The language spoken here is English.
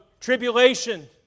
tribulation